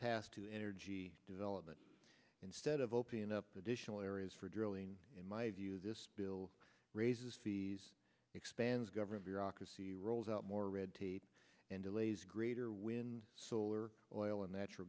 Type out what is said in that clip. pass to energy development instead of opening up additional areas for drilling in my view this bill raises fees expands government bureaucracy rolls out more red tape and delays greater when solar oil and natural